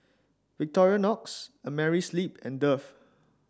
Victorinox Amerisleep and Dove